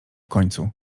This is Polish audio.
końcu